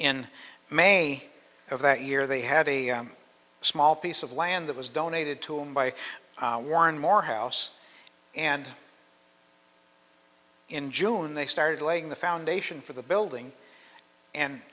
in may of that year they had a small piece of land that was donated to him by warren morehouse and in june they started laying the foundation for the building and